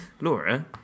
Laura